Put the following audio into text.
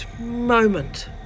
moment